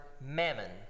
mammon